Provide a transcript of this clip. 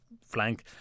flank